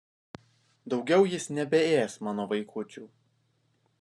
daugiau jis nebeės mano vaikučių